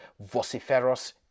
vociferous